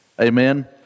Amen